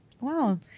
wow